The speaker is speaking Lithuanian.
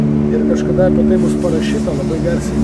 ir kažkada apie tai bus parašyta labai garsiai